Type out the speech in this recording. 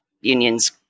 unions